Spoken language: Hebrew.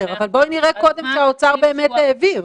בואו נראה קודם שהאוצר באמת העביר,